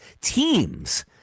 teams